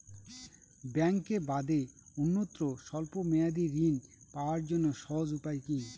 ব্যাঙ্কে বাদে অন্যত্র স্বল্প মেয়াদি ঋণ পাওয়ার জন্য সহজ উপায় কি?